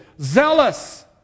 zealous